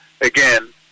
again